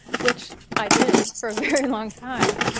which i did for a very long time.